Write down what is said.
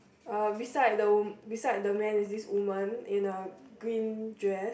uh beside the wom~ beside the man is this woman in a green dress